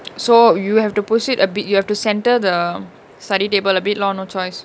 so you have to push it a bit you have to centre the study table a bit lor no choice